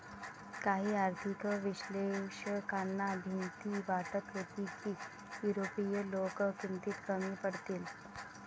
काही आर्थिक विश्लेषकांना भीती वाटत होती की युरोपीय लोक किमतीत कमी पडतील